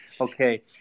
okay